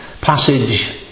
passage